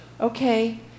Okay